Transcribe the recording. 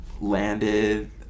Landed